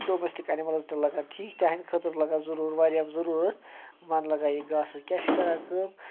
domestic animals تہِ لَگان ٹھیٖک تِہنٛدِ خٲطرٕ لَگان ضٔروٗر واریاہ ضٔروٗرَت مَنٛد لَگان یہِ گاسہٕ کیٛاہ چھُ کران کٲم